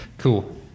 Cool